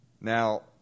Now